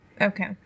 Okay